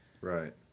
Right